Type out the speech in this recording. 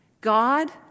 God